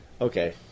Okay